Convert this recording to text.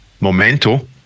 Memento